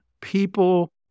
people